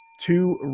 Two